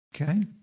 Okay